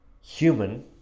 human